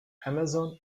amazon